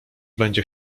będzie